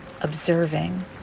observing